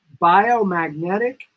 biomagnetic